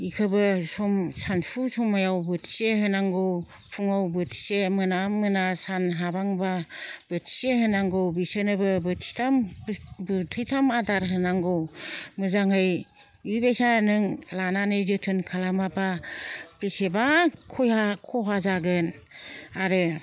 बेखौबो सम सानसु समायाव बोथिसे होनांगौ फुङाव बोथिसे मोना मोना सान हाबहांबा बोथिसे होनांगौ बिसोरनोबो बोथिथाम आदार होनांगौ मोजाङै बेबायसा नों लानानै जोथोन खालामाबा बेसेबा खहा जागोन आरो